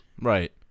Right